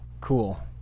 Cool